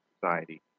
society